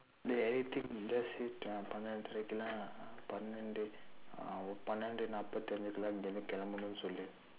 dey anything just say uh பன்னிரண்டரைக்கு எல்லாம் பன்னிரண்டு:pannirandaraikku ellaam pannirandu uh பன்னிரண்டு நாற்பத்தி ஐந்துக்கு எல்லாம் கிளம்பனுமுன்னு சொல்லு:pannirandu naarpaththi aindthukku ellaam kilampanumunnu sollu